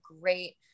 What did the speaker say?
great